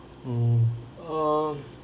mm um